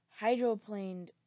hydroplaned